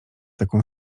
taką